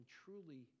truly